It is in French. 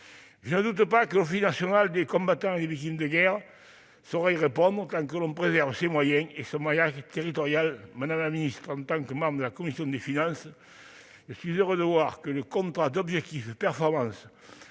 Je ne doute pas que l'Office national des combattants et des victimes de guerre saura y répondre, tant que l'on préserve ses moyens et son maillage territorial. Madame la ministre, en tant que membre de la commission des finances, je suis heureux de voir que le contrat d'objectifs et de performance